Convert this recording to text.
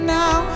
now